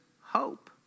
hope